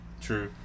True